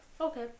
Okay